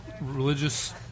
religious